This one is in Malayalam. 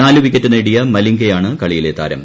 നാലുവിക്കറ്റ് നേടിയ മലിംഗയാണ് കളിയിലെ താരം